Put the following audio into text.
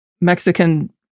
Mexican